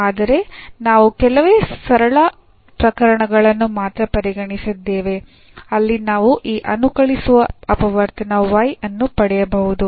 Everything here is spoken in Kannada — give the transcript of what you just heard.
ಆದರೆ ನಾವು ಕೆಲವೇ ಸರಳ ಪ್ರಕರಣಗಳನ್ನು ಮಾತ್ರ ಪರಿಗಣಿಸಿದ್ದೇವೆ ಅಲ್ಲಿ ನಾವು ಈ ಅನುಕಲಿಸುವ ಅಪವರ್ತನ y ಅನ್ನು ಪಡೆಯಬಹುದು